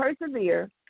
persevere